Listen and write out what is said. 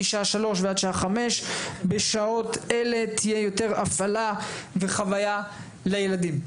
משעה 15:00 ועד שעה 17:00. בשעות אלו תהיה יותר הפעלה וחוויה לילדים.